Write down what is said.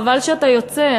חבל שאתה יוצא,